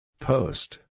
Post